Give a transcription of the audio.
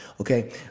okay